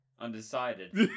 Undecided